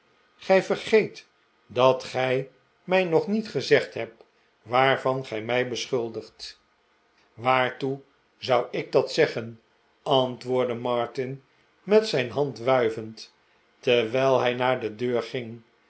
gij vergeet dat gij mij nog niet gezegd hebt waarvan gij mij beschuldigt waartoe zou ik dat zeggen antwoordde martin met zijn hand wuivend terwijl hij naar de deur ging